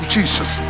Jesus